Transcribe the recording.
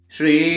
Shri